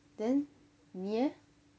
then 你哦